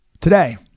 Today